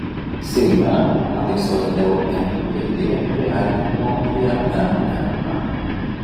seime pataisos dėl npd priartinimo prie mma